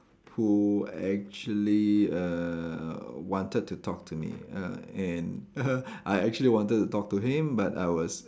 who actually err wanted to talk to me err and I actually wanted to talk to him but I was